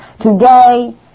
Today